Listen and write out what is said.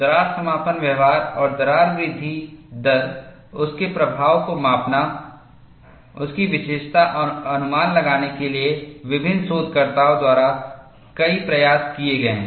दरार समापन व्यवहार और दरार वृद्धि दर उसके प्रभाव को मापना उसकी विशेषता और अनुमान लगाने के लिए विभिन्न शोधकर्ताओं द्वारा कई प्रयास किए गए हैं